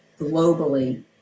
globally